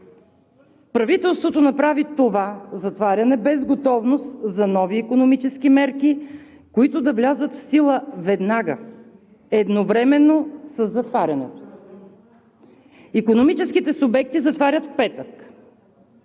Правителството направи това затваряне без готовност за нови икономически мерки, които да влязат в сила веднага, едновременно със затварянето. Икономическите субекти затварят в петък,